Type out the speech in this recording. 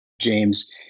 James